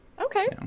Okay